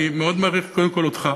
אני מאוד מעריך, קודם כול אותך.